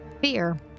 fear